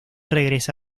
regresa